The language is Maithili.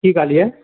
की कहलिऐ